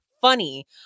funny